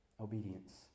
Obedience